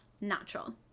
natural